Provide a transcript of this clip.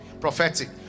prophetic